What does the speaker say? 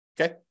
Okay